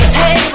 hey